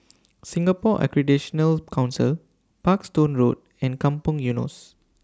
Singapore Accreditation Council Parkstone Road and Kampong Eunos